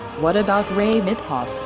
what about ray mitthoff,